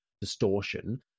distortion